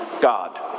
God